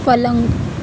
پلنگ